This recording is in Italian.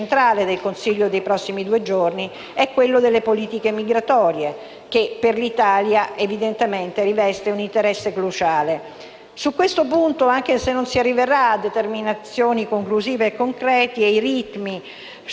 che per l'Italia evidentemente riveste un interesse cruciale. Su questo punto, anche se non si arriverà a determinazioni conclusive e concrete visto che i ritmi sono così lenti, cerchiamo comunque di vedere il bicchiere mezzo pieno.